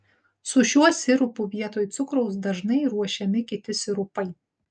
su šiuo sirupu vietoj cukraus dažnai ruošiami kiti sirupai